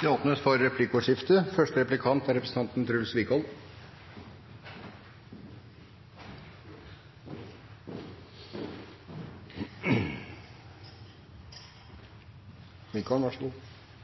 Det åpnes for replikkordskifte.